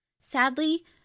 Sadly